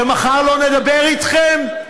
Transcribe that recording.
שמחר לא נדבר אתכם?